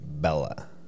Bella